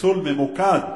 חיסול ממוקד.